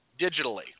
digitally